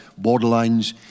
borderlines